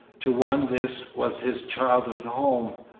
to one this was his childhood's home,